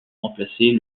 remplacer